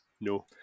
no